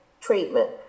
treatment